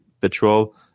petrol